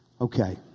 Okay